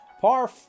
Par